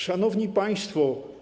Szanowni Państwo!